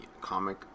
comic